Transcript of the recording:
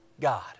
God